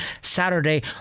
Saturday